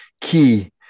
key